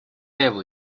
его